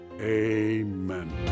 amen